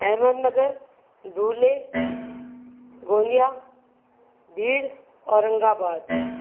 Ahmednagar Dhule Gondia Beed Aurangabad